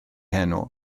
heno